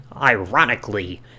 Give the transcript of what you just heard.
ironically